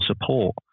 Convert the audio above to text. support